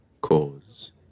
cause